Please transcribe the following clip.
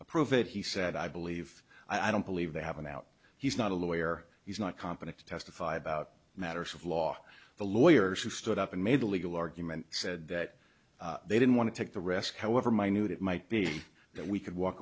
approve it he said i believe i don't believe they have an out he's not a lawyer he's not competent to testify about matters of law the lawyers who stood up and made the legal argument said that they didn't want to take the risk however minute it might be that we could walk